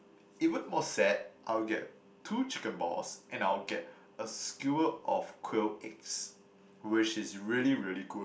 even more sad I would get two chicken balls and I would get a skewered of quail eggs which is really really good